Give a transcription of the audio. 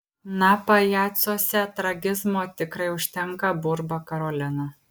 na pajacuose tragizmo tikrai užtenka burba karolina